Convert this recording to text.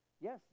Yes